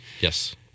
Yes